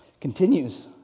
Continues